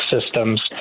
systems